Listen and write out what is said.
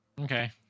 Okay